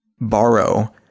borrow